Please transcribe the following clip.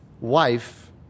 wife